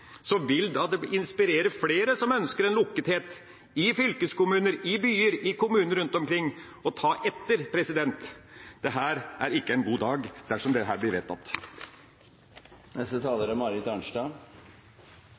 vil det inspirere flere som ønsker en lukkethet i fylkeskommuner, i byer og i kommuner rundt omkring, til å ta etter. Dette er ikke en god dag dersom det blir vedtatt. Jeg tilhører vel også noen av dem som er